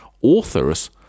authors